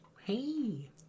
hey